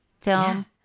film